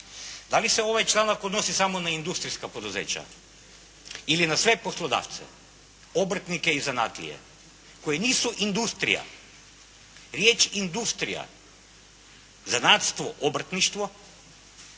Da li se ovaj članak odnosi samo na industrijska poduzeća? Ili na sve poslodavce, obrtnike i zanatlije koji nisu industrija? Riječ industrija, zanatstvo, obrtništvo